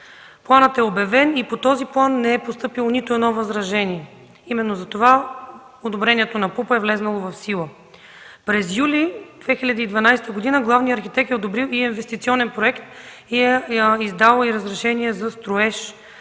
Планът е обявен и по него не е постъпило нито едно възражение. Именно затова одобрението на ПУП-а е влязло в сила. През месец юли 2012 г. главният архитект е одобрил и инвестиционен проект, издал е и разрешение за строеж